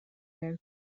quickly